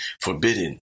forbidden